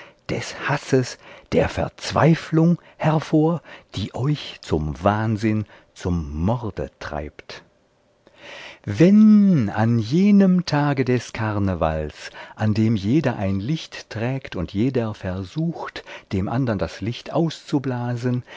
des hasses der verzweiflung hervor die euch zum wahnsinn zum morde treibt wenn an jenem tage des karnevals an dem jeder ein licht trägt und jeder versucht dem andern das licht auszublasen